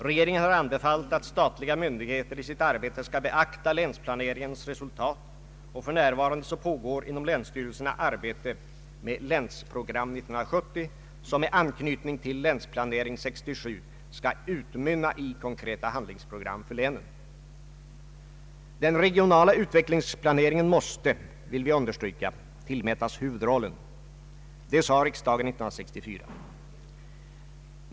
Regeringen har anbefallt att statliga myndigheter i sitt arbete skall beakta länsplaneringens resultat, och för närvarande pågår inom länsstyrelserna arbete med Länsprogram 1970 som med anknytning till Länsplanering 1967 skall utmynna i konkreta handlingsprogram för länen. Den regionala utvecklingsplaneringen måste, vill vi understryka, tillmätas huvudrollen. Det sade riksdagen 1964.